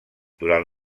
durant